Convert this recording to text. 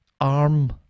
arm